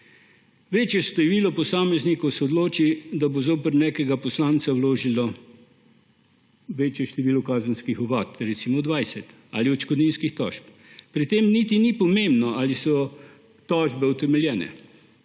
Večje število posameznikov se odloči, da bo zoper nekega poslanca vložilo večje število kazenskih ovadb, recimo dvajset, ali odškodninskih tožb. Pri tem niti ni pomembno, ali so tožbe utemeljene.